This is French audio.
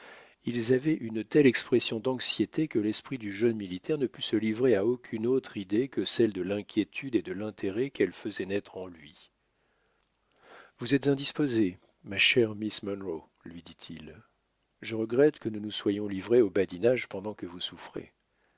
ils avaient une telle expression d'anxiété que l'esprit du jeune militaire ne put se livrer à aucune autre idée que celle de l'inquiétude et de l'intérêt qu'elle faisait naître en lui vous êtes indisposée ma chère miss munro lui dit-il je regrette que nous nous soyons livrés au badinage pendant que vous souffrez